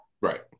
Right